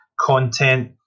content